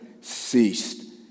ceased